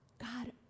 God